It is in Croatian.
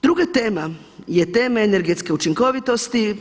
Druga tema je tema energetske učinkovitosti.